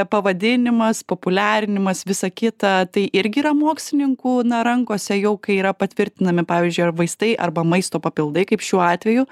pavadinimas populiarinimas visa kita tai irgi yra mokslininkų na rankose jau kai yra patvirtinami pavyzdžiui ar vaistai arba maisto papildai kaip šiuo atveju